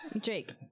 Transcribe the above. Jake